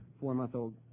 four-month-old